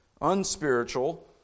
unspiritual